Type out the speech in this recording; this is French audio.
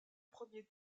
premier